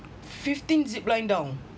fifteen zip line down